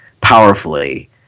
powerfully